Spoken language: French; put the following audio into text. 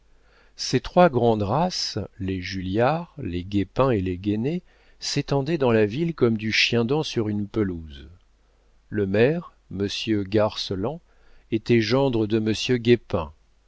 ces trois grandes races les julliard les guépin et les guénée s'étendaient dans la ville comme du chiendent sur une pelouse le maire monsieur garceland était gendre de monsieur